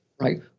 right